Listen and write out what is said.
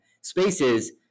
spaces